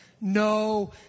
no